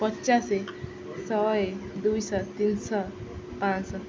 ପଚାଶ ଶହେ ଦୁଇଶହ ତିନିଶହ ପାଁଶହ